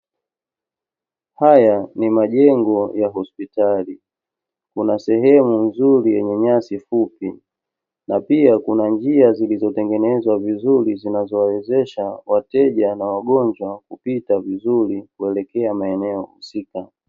Haya ni majengo ya hospitali, kuna sehemu nzuri yenye nyasi fupi, na pia kuna njia zilizotengenezwa vizuri zinazowawezesha wateja na wagonjwa kupita vizuri kuelekea maeneo husika.